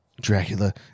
Dracula